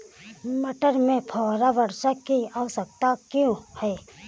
मटर में फुहारा वर्षा की आवश्यकता क्यो है?